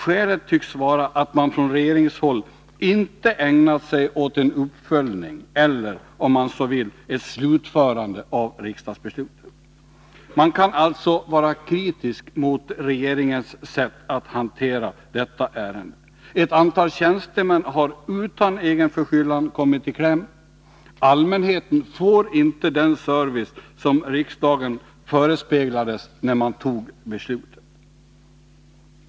Skälet tycks vara att man från regeringshåll inte följt upp eller — om man så vill — slutfört riksdagsbeslutet. Det finns alltså anledning att vara kritisk mot regeringens sätt att hantera detta ärende. Ett antal tjänstemän har utan egen förskyllan kommit i kläm, och allmänheten får inte den service som riksdagen förespeglades när beslutet fattades.